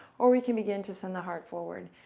or we can begin to send the heart forward.